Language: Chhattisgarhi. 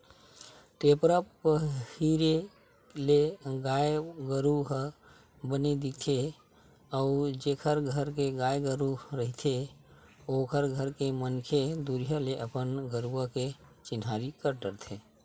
टेपरा पहिरे ले गाय गरु ह बने दिखथे अउ जेखर घर के गाय गरु रहिथे ओखर घर के मनखे दुरिहा ले अपन गरुवा के चिन्हारी कर डरथे